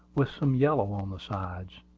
with some yellow on the sides.